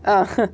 uh